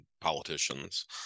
politicians